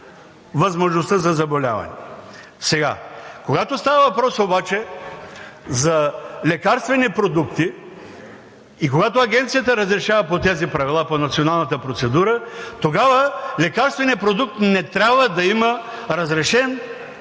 възможността за заболяване. Когато става въпрос обаче за лекарствени продукти и когато Агенцията разрешава по тези правила по националната процедура, тогава лекарственият продукт не трябва да има разрешен продукт